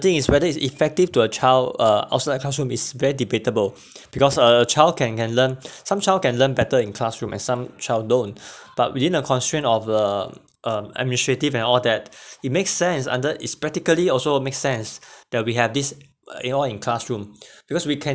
thing is whether it's effective to a child uh outside the classroom is very debatable because a child can can learn some child can learn better in classroom and some child don't but within a constraint of the um administrative and all that it makes sense under it's practically also it make sense that we have this it all in classroom because we can